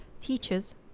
teachers